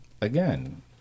Again